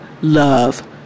love